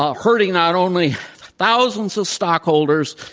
ah hurting not only thousands of stockholders,